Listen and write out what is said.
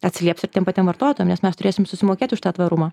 atsilieps ir tiem patiem vartotojam nes mes turėsim susimokėt už tą tvarumą